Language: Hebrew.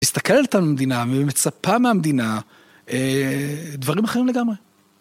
מסתכלת על המדינה ומצפה מהמדינה דברים אחרים לגמרי.